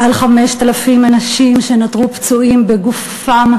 מעל 5,000 אנשים שנותרו פצועים בגופם,